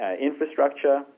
infrastructure